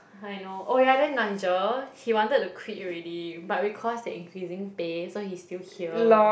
I know oh ya then Nigel he wanted to quit already but because they are increasing pay so he's still here